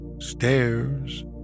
stairs